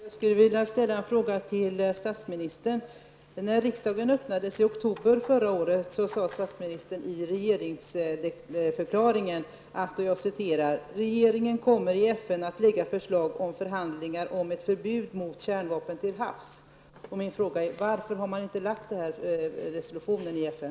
Herr talman! Jag skulle vilja ställa en fråga till statsministern. När riksdagen öppnades i oktober förra året sade statsministern i regeringsförklaringen att ''Regeringen kommer i FN att lägga fram förslag om förhandlingar om ett förbud mot kärnvapen till havs.'' Varför har man inte lagt fram resolutionen i FN?